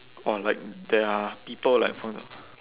or like there are people like for exa~